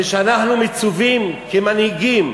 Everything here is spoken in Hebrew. ושאנחנו מצווים כמנהיגים,